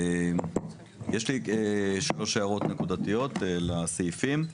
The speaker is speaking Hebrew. יש לי שלוש הערות נקודתיות לסעיפים.